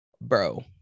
Bro